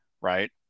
right